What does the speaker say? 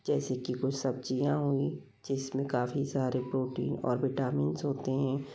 जैसे की कुछ सब्जियाँ हुईं जिसमें काफी सारे प्रोटीन और विटामिन्स होते हैं